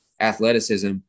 athleticism